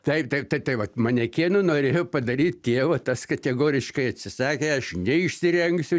taip taip tai tai vat manekenu norėjo padaryt tėvą tas kategoriškai atsisakė aš neišsirengsiu